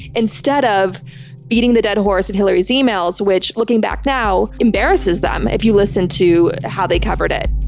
instead of beating the dead horse of hillary's emails which, looking back now, embarrasses them if you listen to how they covered it,